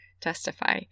testify